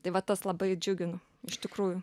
tai va tas labai džiugino iš tikrųjų